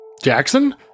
Jackson